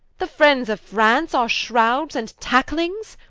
the friends of france our shrowds and tacklings?